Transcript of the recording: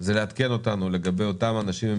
זה לעדכן אותנו לגבי אותם אנשים עם